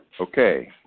Okay